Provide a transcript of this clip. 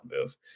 move